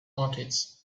market